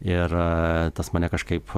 ir tas mane kažkaip